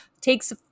takes